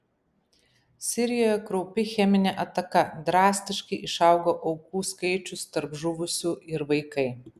sirijoje kraupi cheminė ataka drastiškai išaugo aukų skaičius tarp žuvusių ir vaikai